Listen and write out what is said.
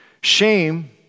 Shame